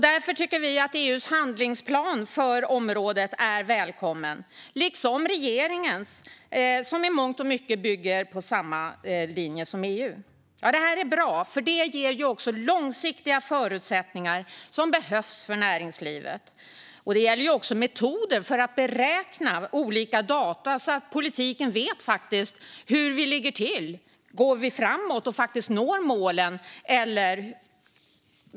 Därför tycker vi att EU:s handlingsplan för området är välkommen, liksom regeringens, som i mångt och mycket bygger på samma linje som EU. Detta är bra eftersom det ger långsiktiga förutsättningar som behövs för näringslivet. Det gäller också metoder för att beräkna olika data så att politiken vet hur vi ligger till, om vi går framåt och når målen.